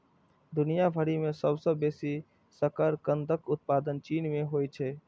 दुनिया भरि मे सबसं बेसी शकरकंदक उत्पादन चीन मे होइ छै